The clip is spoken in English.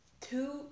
two